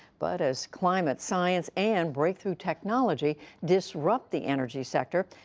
but as climate science and breakthrough technology disrupt the energy sector,